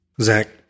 Zach